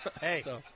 Hey